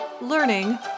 Learning